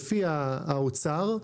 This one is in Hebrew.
לפי האוצר,